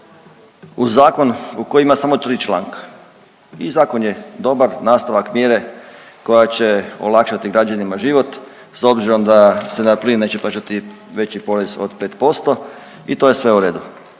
uz zakon koji ima samo tri članka. I zakon je dobar, nastavak mjere koja će olakšati građanima život s obzirom da se na plin neće plaćati veći porez od 5% i to je sve u redu.